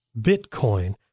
Bitcoin